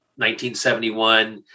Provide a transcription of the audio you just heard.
1971